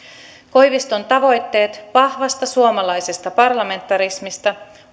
koiviston tavoitteet vahvasta suomalaisesta parlamentarismista